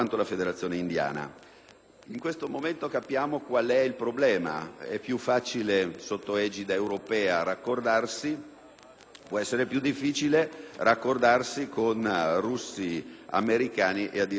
In questo momento capiamo qual è il problema: è più facile raccordarsi sotto l'egida europea, mentre può essere più difficile raccordarsi con russi, americani e addirittura indiani.